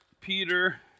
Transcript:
Peter